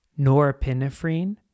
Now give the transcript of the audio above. norepinephrine